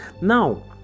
now